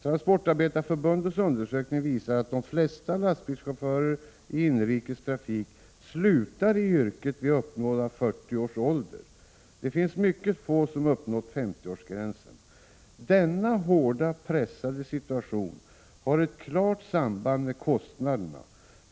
Transportarbetareförbundets undersökning visar att de flesta lastbilschaufförer i inrikes trafik slutar i yrket vid uppnådda 40 år. Det finns mycket få som uppnått 50 år innan de slutat. Denna hårt pressade situation har ett klart samband med kostnaderna.